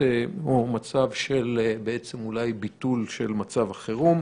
או מצב של בעצם אולי ביטול מצב החירום.